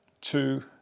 two